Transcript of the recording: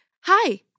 Hi